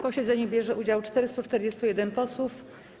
posiedzeniu bierze udział 441 posłów.